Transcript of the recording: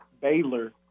Baylor